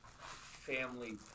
family